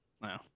No